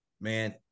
man